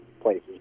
places